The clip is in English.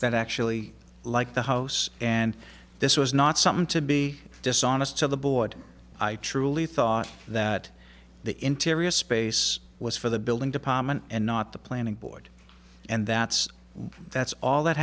i actually like the house and this was not something to be dishonest to the board i truly thought that the interior space was for the building department and not the planning board and that's why that's all that